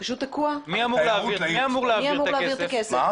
של מי הייתה ההחלטה הזאת לגבי10 מיליון השקלים?